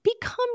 become